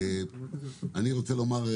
אני רוצה לומר,